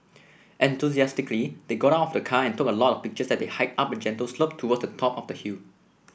enthusiastically they got out of the car and took a lot of pictures as they hiked up a gentle slope towards the top of the hill